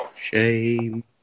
Shame